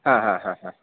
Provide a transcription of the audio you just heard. हा हा हा हा